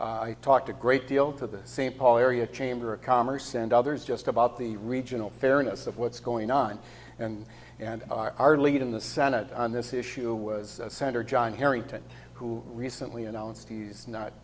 i talked a great deal to the st paul area chamber of commerce and others just about the regional fairness of what's going on and and our lead in the senate on this issue was senator john herrington who recently announced he's not